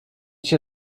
się